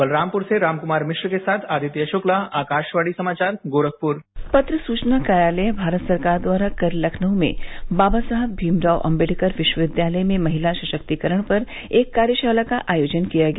बलरामपुर से रामकुमार मिश्र के साथ आदित्य शुक्ला आकाशवाणी समाचार गोरखपुर पत्र सूचना कार्यालय भारत सरकार द्वारा कल लखनऊ में बाबा साहब भीमराव अम्बेडकर विश्वविद्यालय में महिला सशक्तीकरण पर एक कार्यशाला का आयोजन किया गया